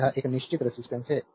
तो यह एक निश्चित रेजिस्टेंस है